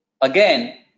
Again